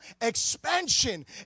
expansion